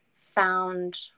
found